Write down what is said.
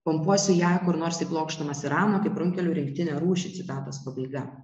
pumpuosi ją kur nors į plokštumas irano kaip runkelių rinktinę rūšį citatos pabaiga